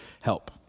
help